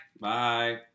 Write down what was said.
Bye